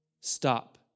Stop